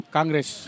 Congress